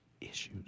issues